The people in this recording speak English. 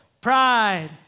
Pride